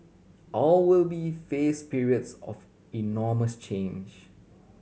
all will be face periods of enormous change